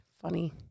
Funny